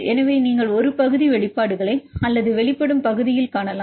எனவே நீங்கள் ஒரு பகுதி வெளிப்பாடுகளை அல்லது வெளிப்படும் பகுதியில் காணலாம்